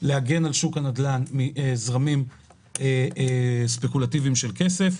להגן על שוק הנדל"ן מזרמים ספקולטיביים של כסף.